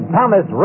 Thomas